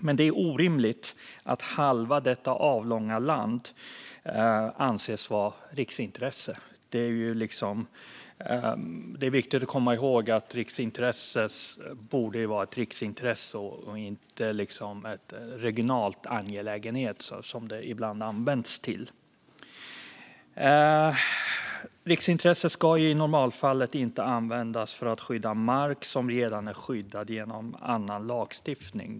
Men det är orimligt att halva detta avlånga land ska anses vara riksintresse. Det är viktigt att komma ihåg att ett riksintresse bör vara just ett riksintresse och inte en regional angelägenhet, som det ibland används som. Riksintresse ska i normalfallet inte användas för att skydda mark som redan är skyddad genom annan lagstiftning.